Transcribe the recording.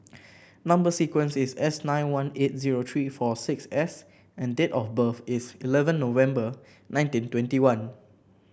number sequence is S nine one eight zero three four six S and the date of birth is eleven November nineteen twenty one